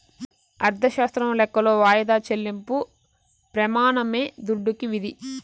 అర్ధశాస్త్రం లెక్కలో వాయిదా చెల్లింపు ప్రెమానమే దుడ్డుకి విధి